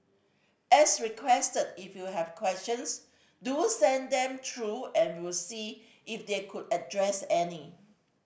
as requested if you have questions do send them through and we'll see if they could address any